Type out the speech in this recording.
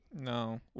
No